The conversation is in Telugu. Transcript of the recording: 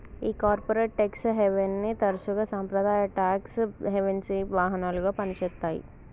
ఈ కార్పొరేట్ టెక్స్ హేవెన్ని తరసుగా సాంప్రదాయ టాక్స్ హెవెన్సి వాహనాలుగా పని చేత్తాయి